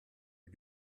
ihr